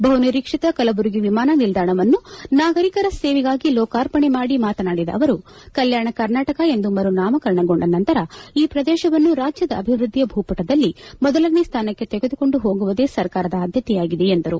ಬಹು ನಿರೀಕ್ಷಿತ ಕಲಬುರಗಿ ವಿಮಾನ ನಿಲ್ದಾಣವನ್ನು ನಾಗರಿಕರ ಸೇವೆಗಾಗಿ ಲೋಕಾರ್ಪಣೆ ಮಾಡಿ ಮಾತನಾಡಿದ ಅವರು ಕಲ್ಯಾಣ ಕರ್ನಾಟಕ ಎಂದು ಮರುನಾಮಕರಣಗೊಂಡ ನಂತರ ಈ ಪ್ರದೇಶವನ್ನು ರಾಜ್ಯದ ಅಭಿವೃದ್ಧಿಯ ಭೂಪಟದಲ್ಲಿ ಮೊದಲನೇ ಸ್ಥಾನಕ್ಕೆ ತೆಗೆದುಕೊಂಡು ಹೋಗುವುದೇ ಸರ್ಕಾರದ ಆದ್ಯತೆಯಾಗಿದೆ ಎಂದರು